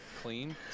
clean